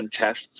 tests